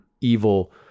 evil